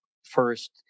first